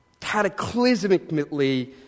cataclysmically